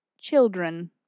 children